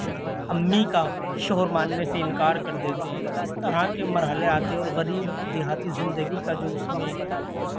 اپنی امی کا شوہر ماننے سے انکار کر دیتے ہیں اس طرح کے مرحلے آتے ہیں اور غریب دیہاتی زندگی کا جو اس میں